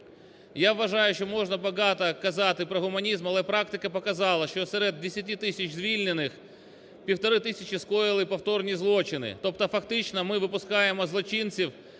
Я вважаю, що можна багато казати про гуманізм, але практика показала, що серед 10 тисяч звільнених півтори тисячі скоїли повторні злочини, тобто фактично ми випускаємо злочинців,